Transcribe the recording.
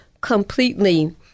completely